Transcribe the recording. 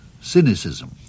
cynicism